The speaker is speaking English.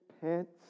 pants